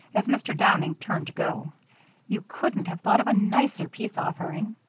as mr. downing turned to go you couldn't have thought of a nicer peace-offering.